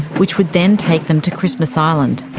which would then take them to christmas island.